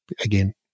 again